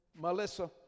Melissa